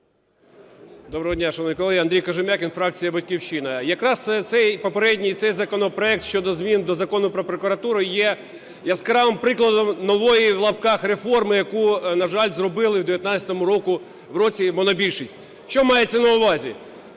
Доброго дня, шановні колеги! Андрій Кожем'якін, фракція "Батьківщина". Якраз цей попередній законопроект щодо змін до Закону "Про прокуратуру" є яскравим прикладом нової (в лапках) "реформи", яку, на жаль, зробили в 19-му році монобільшість. Що мається на увазі?